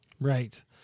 Right